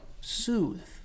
soothe